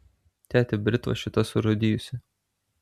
tėti britva šita surūdijusi